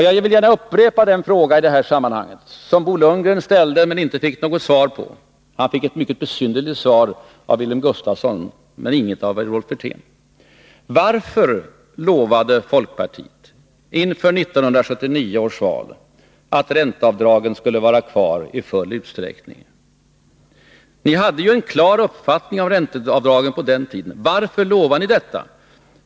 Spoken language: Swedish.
Jag vill i detta sammanhang gärna upprepa den fråga som Bo Lundgren ställde men inte fick något svar på. Han fick ett mycket besynnerligt svar från Wilhelm Gustafsson men inte något från Rolf Wirtén. Varför lovade folkpartiet inför 1979 års val att ränteavdraget skulle vara kvar i full utsträckning? Ni hade ju en klar uppfattning om ränteavdraget på den tiden. Varför lovade ni detta?